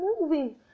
moving